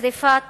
ושרפת